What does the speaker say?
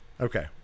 Okay